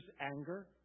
anger